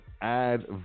add